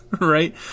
right